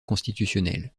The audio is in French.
constitutionnel